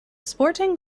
sporting